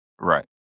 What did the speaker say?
right